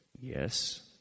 Yes